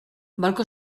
balcó